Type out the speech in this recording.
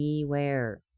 beware